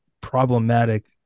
problematic